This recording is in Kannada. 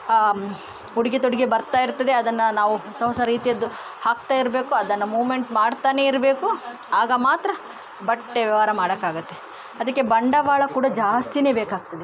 ಉಡುಗೆ ತೊಡುಗೆ ಬರ್ತಾಯಿರ್ತದೆ ಅದನ್ನು ನಾವು ಹೊಸ ಹೊಸ ರೀತಿಯದ್ದು ಹಾಕ್ತಾ ಇರಬೇಕು ಅದನ್ನು ಮೂವ್ಮೆಂಟ್ ಮಾಡ್ತಾನೇ ಇರಬೇಕು ಆಗ ಮಾತ್ರ ಬಟ್ಟೆ ವ್ಯವಹಾರ ಮಾಡಕಾಗುತ್ತೆ ಅದಕ್ಕೆ ಬಂಡವಾಳ ಕೂಡ ಜಾಸ್ತಿನೇ ಬೇಕಾಗ್ತದೆ